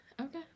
Okay